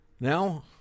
Now